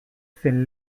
zen